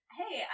hey